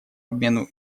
обмену